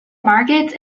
markets